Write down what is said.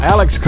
Alex